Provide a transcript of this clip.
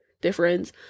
difference